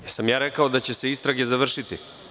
Da li sam ja rekao da će se istrage završiti?